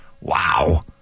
Wow